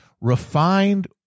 refined